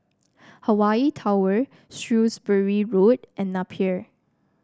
Hawaii Tower Shrewsbury Road and Napier